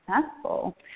successful